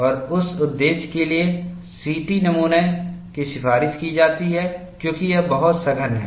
और उस उद्देश्य के लिए सीटी नमूना की सिफारिश की जाती है क्योंकि यह बहुत सघन है